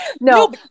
No